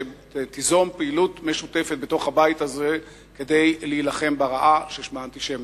תיזום פעילות משותפת בתוך הבית הזה כדי להילחם ברעה ששמה אנטישמיות.